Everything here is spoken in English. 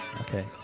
okay